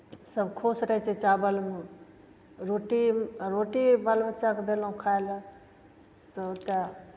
सभ खुश रहै छै चावलमे रोटी आ रोटी बाल बच्चा कऽ देलहुँ खाय लेल सभटा